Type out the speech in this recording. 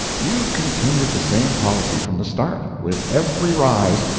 you've continued the same policy from the start with every rise,